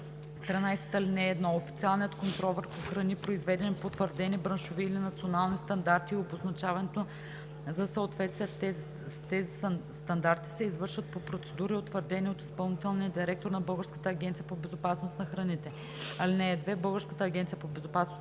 113. (1) Официалният контрол върху храни, произведени по утвърдени, браншови или национални стандарти, и обозначаването за съответствие с тези стандарти се извършват по процедури, утвърдени от изпълнителния директор на Българската агенция по безопасност на храните. (2) Българската агенция по безопасност